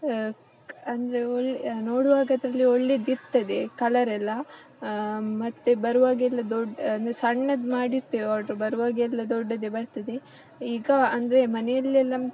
ಅಂದರೆ ಒಳ್ ನೋಡುವಾಗ ಅದರಲ್ಲಿ ಒಳ್ಳೇದಿರ್ತದೆ ಕಲರೆಲ್ಲ ಮತ್ತು ಬರುವಾಗೆಲ್ಲ ದೊಡ್ಡ ಅಂದರೆ ಸಣ್ಣದು ಮಾಡಿರ್ತೇವೆ ಆರ್ಡ್ರ್ ಬರುವಾಗೆಲ್ಲ ದೊಡ್ಡದೇ ಬರ್ತದೆ ಈಗ ಅಂದರೆ ಮನೆಯಲ್ಲೆಲ್ಲ